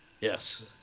Yes